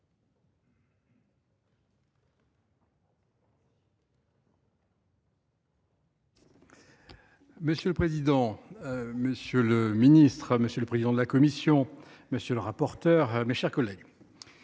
Monsieur le président, monsieur le ministre, monsieur le président de la commission, monsieur le rapporteur, mes chers collègues,